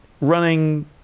running